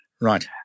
Right